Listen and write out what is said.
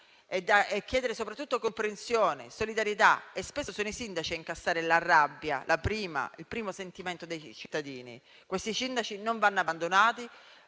sostegno e soprattutto comprensione e solidarietà. Spesso sono i sindaci a incassare la rabbia, ovvero il primo sentimento dei cittadini. Questi sindaci non vanno abbandonati,